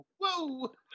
Whoa